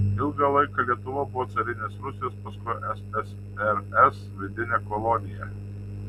ilgą laiką lietuva buvo carinės rusijos paskui ssrs vidine kolonija